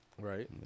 Right